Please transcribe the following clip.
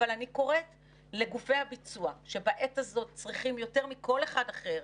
אלא במיוחד באתגרים היום,